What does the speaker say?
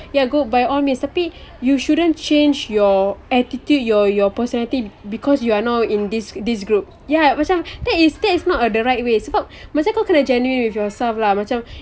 ya go by all means tapi you shouldn't change your attitude your your personality because you are now in this this group ya macam that is that is not the right way sebab macam kau kena genuine with yourself lah macam